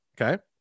Okay